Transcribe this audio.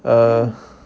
err